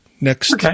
next